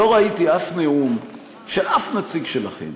לא ראיתי אף נאום של אף נציג שלכם